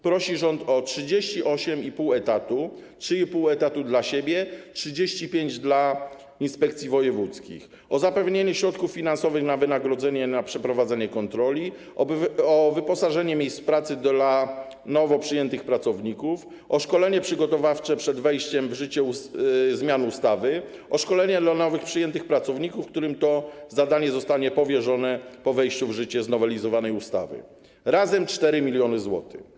Prosi rząd o 38,5 etatu: 3,5 etatu dla siebie, 35 - dla inspekcji wojewódzkich, o zapewnienie środków finansowych na wynagrodzenia i na przeprowadzenie kontroli, o wyposażenie miejsc pracy dla nowo przyjętych pracowników, o szkolenie przygotowawcze przed wejściem w życie zmian ustawy, o szkolenia dla nowo przyjętych pracowników, którym to zadanie zostanie powierzone po wejściu w życie znowelizowanej ustawy - razem 4 mln zł.